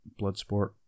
Bloodsport